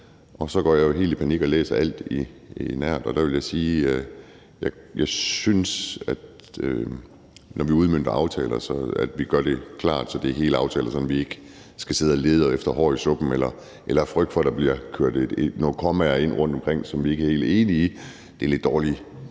og så går jeg jo helt i panik og læser alt om det, og der vil jeg sige, at jeg synes, at når vi udmønter aftaler, skal vi gøre det klart, at det er hele aftaler, sådan at vi ikke skal sidde og lede efter hår i suppen eller frygte for, at der bliver kørt nogle kommaer ind rundtomkring, som vi ikke er helt enige i. Det er lidt dårlig